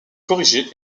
corrigé